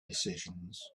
decisions